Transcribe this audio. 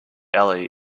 alley